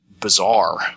bizarre